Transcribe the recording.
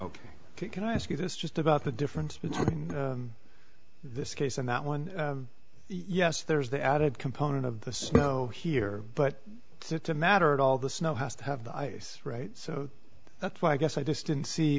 ok can i ask you this just about the difference between this case and that one yes there's the added component of the snow here but it's a matter of all the snow has to have the ice right so that's why i guess i just didn't see